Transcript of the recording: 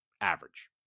average